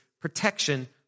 protection